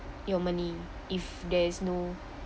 your money if there is no